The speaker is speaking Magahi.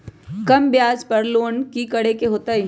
कम ब्याज पर लोन की करे के होतई?